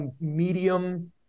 medium